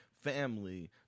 Family